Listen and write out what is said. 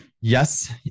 Yes